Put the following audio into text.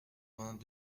vingt